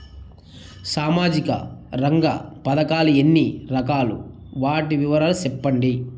సామాజిక రంగ పథకాలు ఎన్ని రకాలు? వాటి వివరాలు సెప్పండి